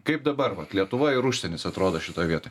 kaip dabar vat lietuva ir užsienis atrodo šitoj vietoj